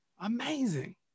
Amazing